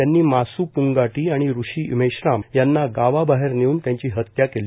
त्यांनी मासू पूंगाटी आणि ऋषी मेश्राम यांना गावाबाहेर नेऊन त्यांची हत्या केली